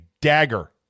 dagger